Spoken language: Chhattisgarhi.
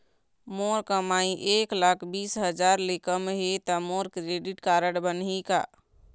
मोर कमाई एक लाख बीस हजार ले कम हे त मोर क्रेडिट कारड बनही का?